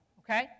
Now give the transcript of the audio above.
okay